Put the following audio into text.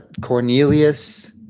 Cornelius